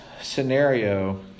scenario